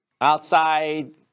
Outside